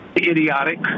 idiotic